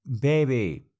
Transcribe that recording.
Baby